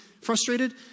frustrated